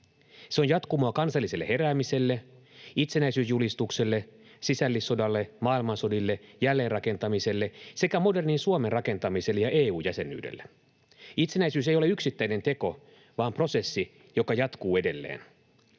Se on jatkumoa kansalliselle heräämiselle, itsenäisyysjulistukselle, sisällissodalle, maailmansodille, jälleenrakentamiselle sekä modernin Suomen rakentamiselle ja EU-jäsenyydelle. Itsenäisyys ei ole yksittäinen teko vaan prosessi, joka jatkuu edelleen.